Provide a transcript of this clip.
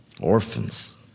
orphans